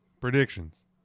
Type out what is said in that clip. Predictions